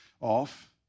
off